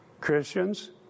Christians